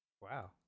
Wow